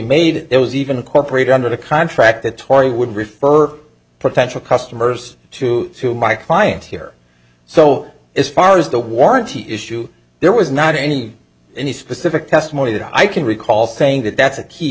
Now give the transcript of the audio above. made there was even a corporator under the contract that tori would refer potential customers to my clients here so as far as the warranty issue there was not any any specific testimony that i can recall saying that that's a key